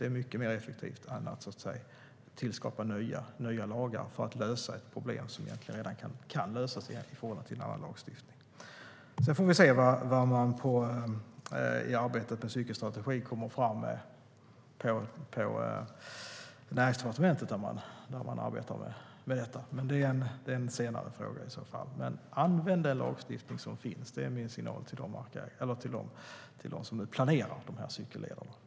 Det är mycket mer effektivt än att tillskapa nya lagar för att lösa ett problem som redan kan lösas med en annan lagstiftning. Sedan får man se vad man kommer fram till i Näringsdepartementet i arbetet med cykelstrategin. Men det är i så fall en senare fråga. Använd den lagstiftning som finns. Det är min signal till dem som planerar cykellederna.